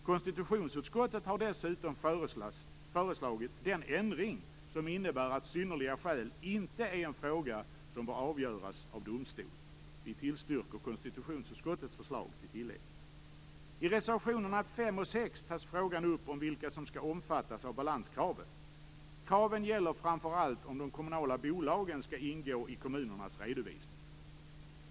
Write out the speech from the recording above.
Konstitutionsutskottet har dessutom föreslagit den ändring som innebär att synnerliga skäl inte är en fråga som bör avgöras av domstol. Vi tillstyrker konstitutionsutskottets förslag till tillägg. I reservationerna 5 och 6 tas frågan upp om vilka som skall omfattas av balanskravet. Kravet gäller framför allt om de kommunala bolagen skall ingå i kommunernas redovisning.